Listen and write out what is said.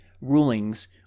rulings